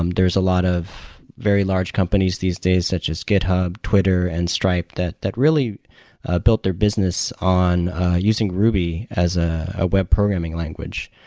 um there's a lot of very large companies these days such as github, twitter, and stripe that that really ah built their business on using ruby as ah a web programming language.